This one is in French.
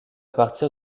partir